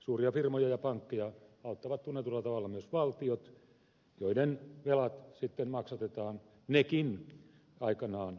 suuria firmoja ja pankkeja auttavat tunnetulla tavalla myös valtiot joiden velat sitten maksatetaan nekin aikanaan veronmaksajilla